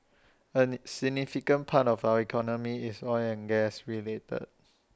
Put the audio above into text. A significant part of our economy is oil and gas related